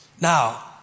Now